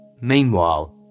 Meanwhile